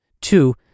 Two